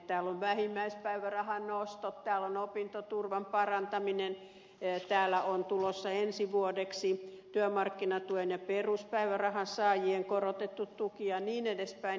täällä on vähimmäispäivärahan nosto täällä on opintoturvan parantaminen täällä on tulossa ensi vuodeksi työmarkkinatuen ja peruspäivärahan saajien korotettu tuki ja niin edelleen